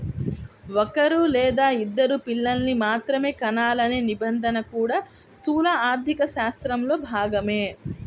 ఒక్కరూ లేదా ఇద్దరు పిల్లల్ని మాత్రమే కనాలనే నిబంధన కూడా స్థూల ఆర్థికశాస్త్రంలో భాగమే